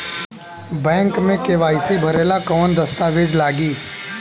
Bank मे KYC भरेला कवन दस्ता वेज लागी?